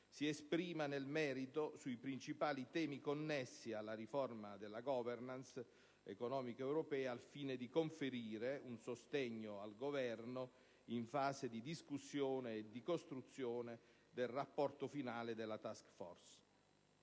si esprima nel merito sui principali temi connessi alla riforma della *governance* economica europea, al fine di conferire un sostegno al Governo, in fase di discussione e di costruzione del rapporto finale della *task force*.